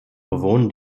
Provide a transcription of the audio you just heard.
bewohnen